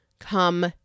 come